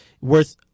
worth